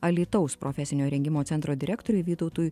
alytaus profesinio rengimo centro direktoriui vytautui